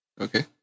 Okay